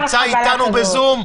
שנמצא איתנו בזום.